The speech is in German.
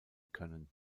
können